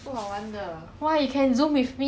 need to spend so much money just need to